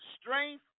strength